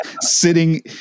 sitting